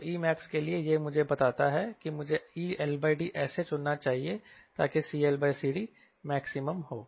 तो Emax के लिए यह मुझे बताता है कि मुझे LD ऐसा चुनना चाहिए ताकि CLCD max हो